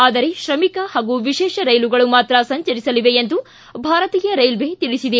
ಆದರೆ ತ್ರಮಿಕ ಹಾಗೂ ವಿಶೇಷ ರೈಲುಗಳು ಮಾತ್ರ ಸಂಚರಿಸಲಿವೆ ಎಂದು ಭಾರತೀಯ ರೈಲ್ವೆ ತಿಳಿಸಿದೆ